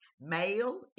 male